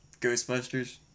Ghostbusters